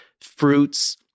fruits